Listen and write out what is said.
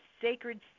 sacred